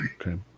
Okay